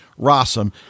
Rossum